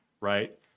right